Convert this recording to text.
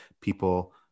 people